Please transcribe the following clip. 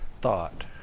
thought